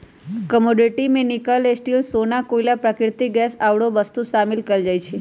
commodity में nickel, steel,, सोना, कोइला, प्राकृतिक गैस आउरो वस्तु शामिल कयल जाइ छइ